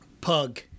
Pug